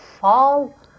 fall